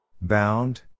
Bound